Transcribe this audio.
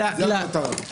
החרדי או